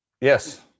Yes